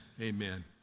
amen